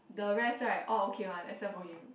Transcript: the rest right all okay one except for him